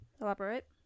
Elaborate